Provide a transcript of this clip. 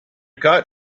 kite